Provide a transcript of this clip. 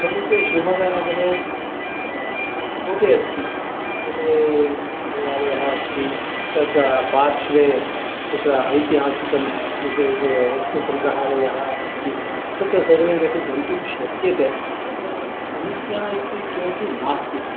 समीपे शिवमोग्गा नगरे कोटे अस्ति कोटे देवालयः अस्ति तत्र पार्श्वे तत्र ऐतिहासिकं वस्तुसङ्ग्रहालयः अस्ति तत्र सर्वैरपि गन्तुं शक्यते तत्र अनुज्ञा इति किमपि नास्ति